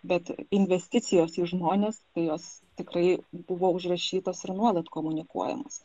bet investicijos į žmones jos tikrai buvo užrašytos ir nuolat komunikuojamos